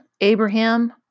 Abraham